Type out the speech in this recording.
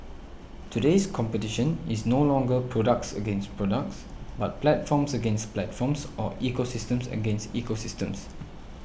today's competition is no longer products against products but platforms against platforms or ecosystems against ecosystems